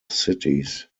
cities